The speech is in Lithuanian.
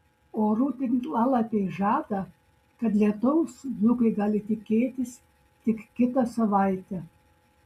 orų tinklalapiai žada kad lietaus dzūkai gali tikėtis tik kitą savaitę